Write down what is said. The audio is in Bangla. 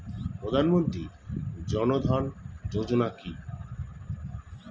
প্রধানমন্ত্রী জনধন যোজনা কি?